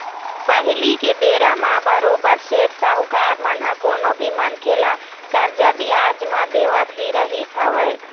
पहिली के बेरा म बरोबर सेठ साहूकार मन ह कोनो भी मनखे ल करजा बियाज म देवत ही रहिस हवय